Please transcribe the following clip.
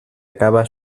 acaba